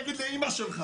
ת'חפף תגיד לאימא שלך.